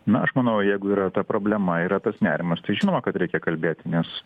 na aš manau jeigu yra ta problema yra tas nerimas tai žinoma kad reikia kalbėt nes